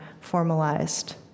formalized